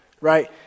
right